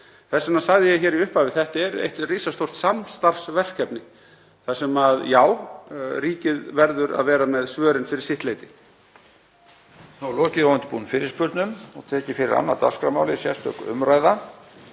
Þess vegna sagði ég hér í upphafi: Þetta er eitt risastórt samstarfsverkefni þar sem já, ríkið verður að vera með svörin fyrir sitt leyti.